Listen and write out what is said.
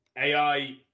AI